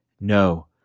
no